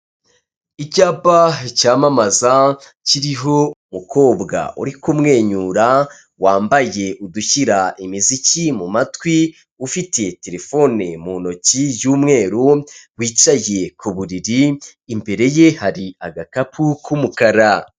Icyapa cyamamaza kiriho mu umukobwa uri kumwenyura wambaye udushyira imiziki mu matwi, ufitiye telefone mu ntoki y'umweru wicaye ku buriri, imbere ye hari agakapu k'umukara.